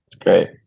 great